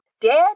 dead